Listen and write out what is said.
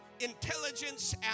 intelligence